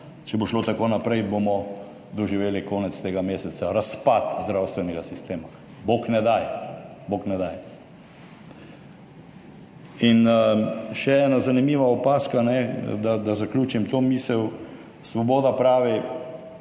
če bo šlo tako naprej, bomo doživeli konec tega meseca razpad zdravstvenega sistema. Bog ne daj. In še ena zanimiva opazka, da zaključim to misel, Svoboda pravi,